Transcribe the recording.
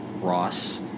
Ross